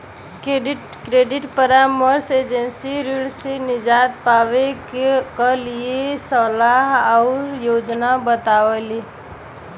credit परामर्श agency ऋण से निजात पावे क लिए सलाह आउर योजना बतावेली